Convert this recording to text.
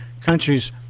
countries